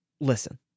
Listen